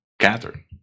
Catherine